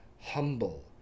humble